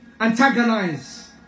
antagonize